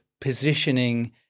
positioning